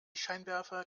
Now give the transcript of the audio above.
scheinwerfer